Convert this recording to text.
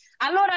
Allora